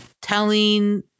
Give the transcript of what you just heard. telling